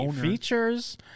Features